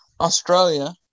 australia